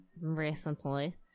recently